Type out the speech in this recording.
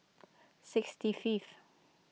sixty fifth